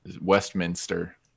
Westminster